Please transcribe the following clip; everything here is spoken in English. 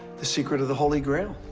the secret of the holy grail.